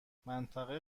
منطقه